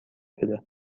بده